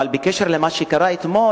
אבל בקשר למה שקרה אתמול,